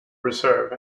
reserve